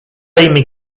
amy